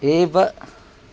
एव